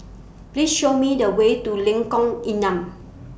Please Show Me The Way to Lengkong Enam